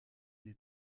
des